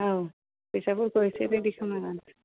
औ फैसाफोरखौ एसे रेडि खालामनांगोन